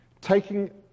taking